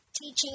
teaching